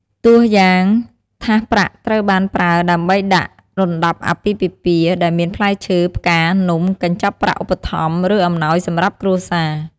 ទោះយ៉ាងថាសប្រាក់ត្រូវបានប្រើដើម្បីដាក់ រណ្តាប់អាពាហ៍ពិពាហ៍ ដែលមានផ្លែឈើ ផ្កា នំ កញ្ចប់ប្រាក់ឧបត្ថម្ភ ឬអំណោយសម្រាប់គ្រួសារ។